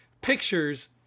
pictures